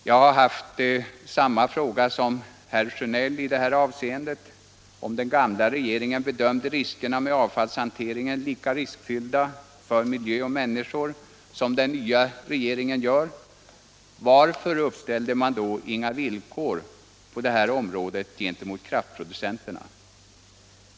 Jag ställer här samma fråga som herr Sjönell. Om den gamla regeringen bedömde riskerna med avfallshanteringen som lika stora för miljö och människor som den nya regeringen anser dem vara kan man fråga sig, varför den inte uppställde några villkor för kraftproducenterna.